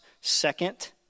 second